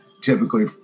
typically